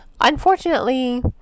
Unfortunately